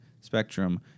Spectrum